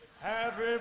Happy